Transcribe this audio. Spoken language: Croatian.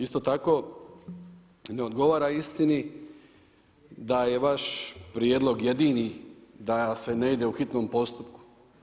Isto tako, ne odgovara istini da je vaš prijedlog jedini da se ne ide u hitnom postupku.